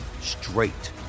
straight